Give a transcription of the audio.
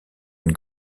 une